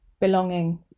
Belonging